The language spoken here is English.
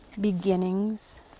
beginnings